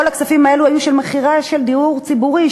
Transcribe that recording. כל הכספים האלה היו ממכירה של דיור ציבורי,